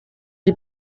die